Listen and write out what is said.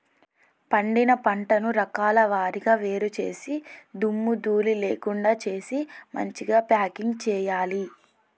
పండిన పంటను రకాల వారీగా వేరు చేసి దుమ్ము ధూళి లేకుండా చేసి మంచిగ ప్యాకింగ్ చేయాలి